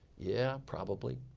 yeah, probably.